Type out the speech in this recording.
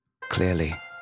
Clearly